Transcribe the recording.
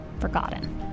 Forgotten